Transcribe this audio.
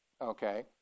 okay